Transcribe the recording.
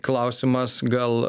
klausimas gal